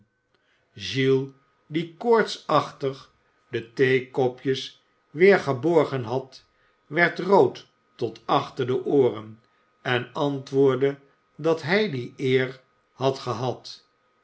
die koortsachtig de theekopjes weer geborgen had werd rood tot achter de ooren en antwoordde dat hij die eer had gehad